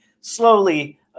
slowly